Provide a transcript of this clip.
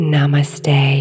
Namaste